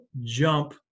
jump